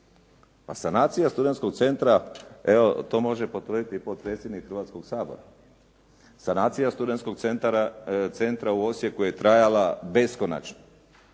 sanacija studentskog centra u Osijeku je trajala beskonačno.